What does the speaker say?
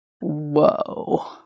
Whoa